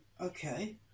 okay